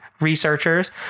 researchers